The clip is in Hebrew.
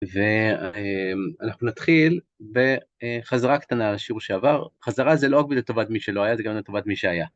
ואנחנו נתחיל, ב... אה... חזרה קטנה על השיעור שעבר. חזרה זה לא רק ב... לטובת מי שלא היה, זה גם לטובת מי שהיה.